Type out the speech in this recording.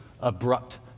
abrupt